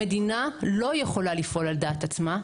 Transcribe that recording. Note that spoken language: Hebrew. המדינה לא יכולה לפעול על דעת עצמה,